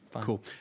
Cool